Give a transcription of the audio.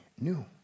new